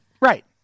Right